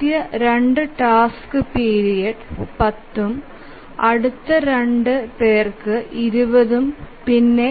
ആദ്യ രണ്ട് task period 10 ഉം അടുത്ത രണ്ട് പേർക്ക് 20 ഉം പിന്നെ